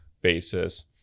basis